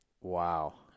Wow